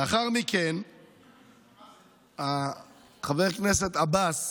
לאחר מכן חבר הכנסת עבאס